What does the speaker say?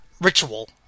ritual